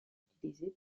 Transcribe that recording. utilisés